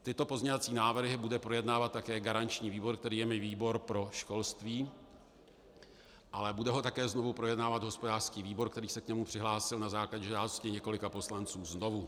Tyto pozměňovací návrhy bude projednávat také garanční výbor, kterým je výbor pro školství, ale bude ho také znovu projednávat hospodářský výbor, který se k němu přihlásil na základě žádostí několika poslanců znovu.